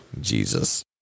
Jesus